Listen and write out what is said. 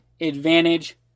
Advantage